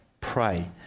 pray